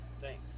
thanks